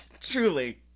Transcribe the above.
Truly